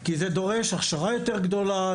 כי זה דורש הכשרה יותר גדולה,